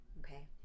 Okay